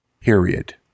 period